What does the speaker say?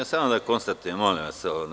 Samo da konstatujem, molim vas.